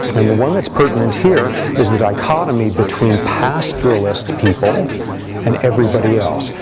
and the one that's pertinent here is the dichotomy between pastoralist people and everybody else.